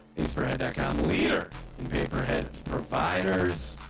he spread back out the leader paper head binders.